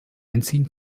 entziehen